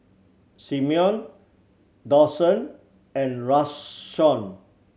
Simeon Dawson and Rashawn